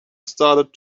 started